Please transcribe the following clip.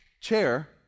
chair